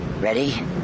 Ready